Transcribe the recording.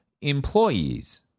employees